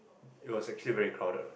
it was actually very crowded